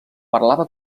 parlava